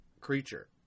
creature